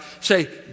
Say